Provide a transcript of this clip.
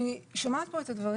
אני שומעת פה את הדברים.